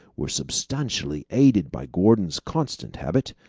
were substantially aided by gordon's constant habit,